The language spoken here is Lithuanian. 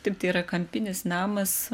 taip tai yra kampinis namas